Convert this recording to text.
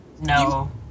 No